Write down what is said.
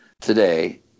today